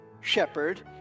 shepherd